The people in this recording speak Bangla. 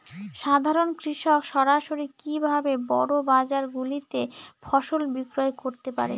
সাধারন কৃষক সরাসরি কি ভাবে বড় বাজার গুলিতে ফসল বিক্রয় করতে পারে?